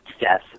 Yes